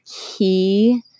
key